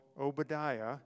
Obadiah